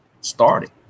started